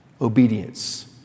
Obedience